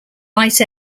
light